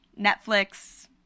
Netflix